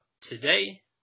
today